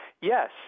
Yes